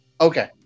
Okay